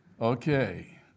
Okay